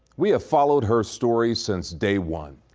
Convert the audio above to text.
we have followed her story since day one.